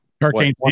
Hurricane